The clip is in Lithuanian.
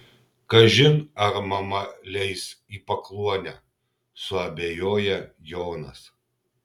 kaži ar mama leis į pakluonę suabejoja jonas